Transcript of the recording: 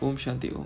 om shanthi om